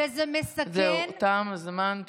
זהו, תם הזמן.